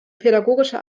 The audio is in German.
pädagogische